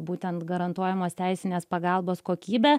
būtent garantuojamos teisinės pagalbos kokybę